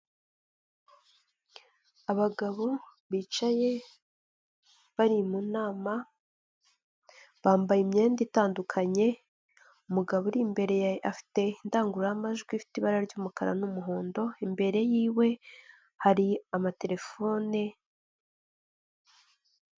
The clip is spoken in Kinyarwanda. Abagabo bicaye bari mu nama bambaye imyenda itandukanye, umugabo uri imbere afite indangururamajwi ifite ibara ry'umukara n'umuhondo, imbere yiwe hari amaterefone.